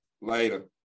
later